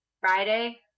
friday